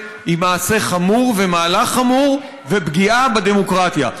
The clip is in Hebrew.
היא מעשה חמור ומהלך חמור ופגיעה בדמוקרטיה.